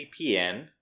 VPN